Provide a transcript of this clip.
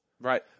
Right